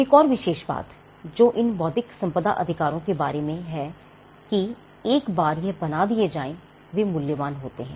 एक और विशेष बात जो इन बौद्धिक संपदा अधिकारों के बारे में यह है कि एक बार यह बना दिए जाएं वे मूल्यवान होते हैं